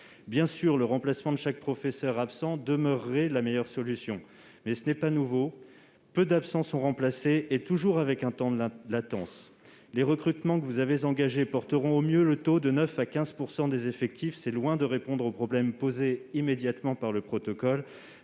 Bien sûr, le remplacement de chaque professeur absent demeurerait la meilleure solution. Néanmoins, ce n'est pas nouveau, peu d'absents sont remplacés, et toujours avec un temps de latence. Les recrutements que vous avez engagés porteront au mieux le taux de 9 % à 15 % des effectifs. C'est loin de répondre au problème posé immédiatement par le protocole.